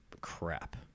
crap